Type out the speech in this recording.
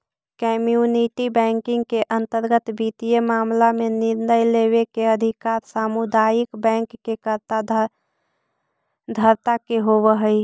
community banking के अंतर्गत वित्तीय मामला में निर्णय लेवे के अधिकार सामुदायिक बैंक के कर्ता धर्ता के होवऽ हइ